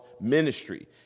ministry